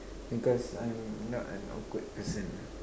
because I'm not an awkward person ah